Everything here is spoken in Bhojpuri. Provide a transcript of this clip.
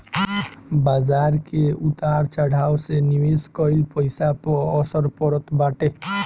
बाजार के उतार चढ़ाव से निवेश कईल पईसा पअ असर पड़त बाटे